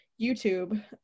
YouTube